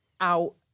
out